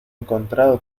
encontrado